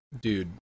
Dude